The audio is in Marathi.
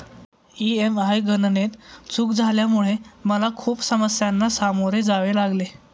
ई.एम.आय गणनेत चूक झाल्यामुळे मला खूप समस्यांना सामोरे जावे लागले